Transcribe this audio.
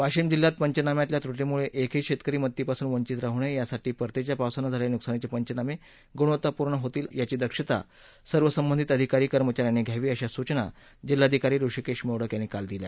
वाशिम जिल्ह्यात पंचनाम्यातल्या त्र्पीमुळे एकही शेतकरी मदतीपासून वंचित राहू नये यासाठी परतीच्या पावसाने झालेल्या नुकसानीचे पंचनामे गुणवत्तापूर्ण होतील याची दक्षता सर्व संबंधित अधिकारी कर्मचाऱ्यांनी घ्यावी अशा सुचना जिल्हाधिकारी हृषीकेश मोडक यांनी काल दिल्या